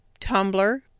Tumblr